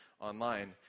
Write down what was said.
online